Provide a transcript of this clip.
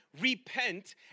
repent